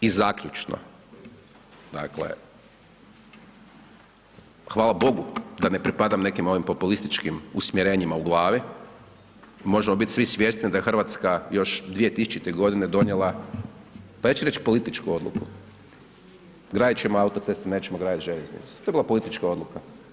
I zaključno, dakle, hvala bogu da ne pripadam nekim ovim populističkim usmjerenjima u glavi, možemo biti svi svjesni da je Hrvatska još 2000. godine donijela, pa ja ću reći političku odluku, gradit ćemo autoceste, nećemo gradit željeznicu, to je bila politička odluka.